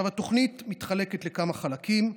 התוכנית מתחלקת לכמה חלקים: